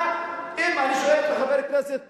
אם אני שואל את חבר הכנסת אורבך,